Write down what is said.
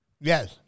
Yes